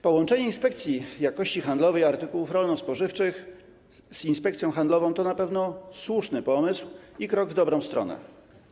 Połączenie Inspekcji Jakości Handlowej Artykułów Rolno-Spożywczych z Inspekcją Handlową to na pewno słuszny pomysł i krok w dobrą stronę.